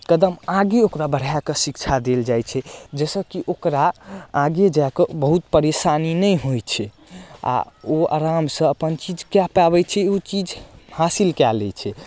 कदम आगे ओकरा बढ़ाकऽ शिक्षा देल जाइ छै जैसँ कि ओकरा आगे जाकऽ बहुत परेशानी नहि होइ छै आओर ओ आरामसँ अपन चीज कए पाबै छै उ चीज हासिल कए लै छै